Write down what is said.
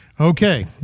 Okay